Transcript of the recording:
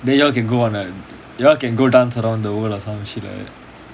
then you all can go on you all can go dance around the world or some shit like that